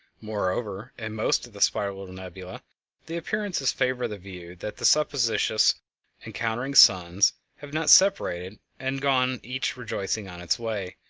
moreover, in most of the spiral nebulae the appearances favor the view that the supposititious encountering suns have not separated and gone each rejoicing on its way,